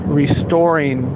restoring